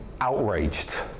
outraged